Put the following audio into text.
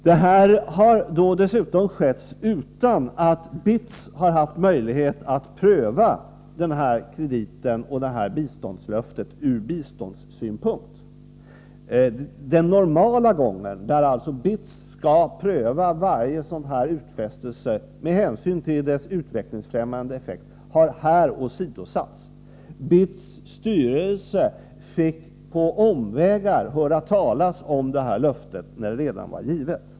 Detta har dessutom skett utan att BITS har haft möjlighet att pröva krediten och biståndslöftet ur biståndssynpunkt. Den normala gången — där alltså BITS skall pröva varje sådan här utfästelse med hänsyn till dess utvecklingsfrämjande effekt — har här åsidosatts. BITS styrelse fick på omvägar höra talas om löftet när det redan var givet.